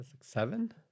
Seven